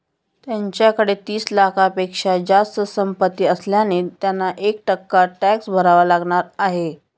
त्यांच्याकडे तीस लाखांपेक्षा जास्त संपत्ती असल्याने त्यांना एक टक्का टॅक्स भरावा लागणार आहे